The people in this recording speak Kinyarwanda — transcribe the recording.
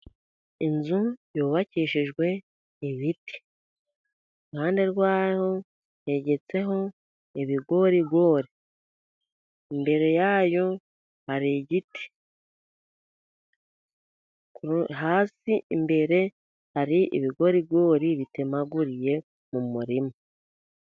Inzu yubakishijwe ibiti, iruhande rwayo hegetseho ibigorigori, imbere yayo hari igiti, hasi imbere hari ibigorigori bitemaguriye mu murima.